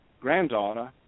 granddaughter